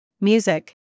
Music